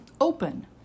open